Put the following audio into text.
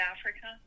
Africa